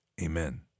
amen